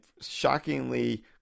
shockingly-